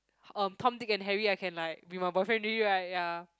um Tom Dick and Harry I can like be my boyfriend already right ya